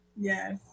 Yes